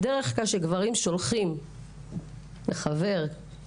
בדרך כלל, כשגברים שולחיםלחבר הודעה